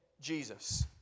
Jesus